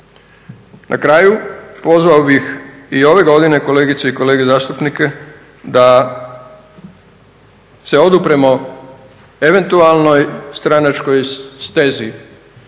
Na kraju pozvao bih i ove godine kolegice i kolege zastupnike da se odupremo eventualnoj stranačkoj stezi